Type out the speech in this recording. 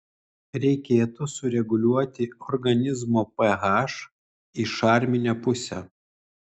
reikėtų sureguliuoti organizmo ph į šarminę pusę